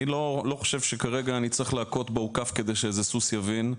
אני לא חושב שכרגע אני צריך להכות באוכף כדי שאיזה סוס יבין.